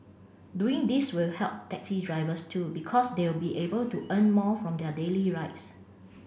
doing this will help taxi drivers too because they'll be able to earn more from their daily rides